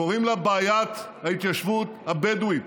קוראים לה בעיית ההתיישבות הבדואית,